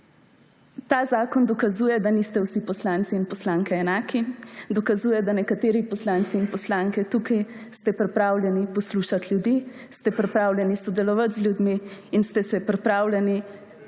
Ta zakon dokazuje, da niste vsi poslanci in poslanke enaki. Dokazuje, da nekateri poslanci in poslanke tukaj ste pripravljeni poslušati ljudi, ste pripravljeni sodelovati z ljudmi in ste se pripravljeni